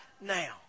now